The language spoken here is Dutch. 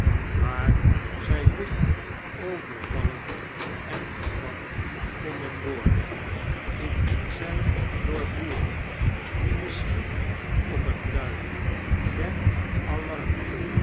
waar zij licht overvallen en gevat konden worden indien zij door boeren die misschien op het luiden der